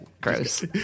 Gross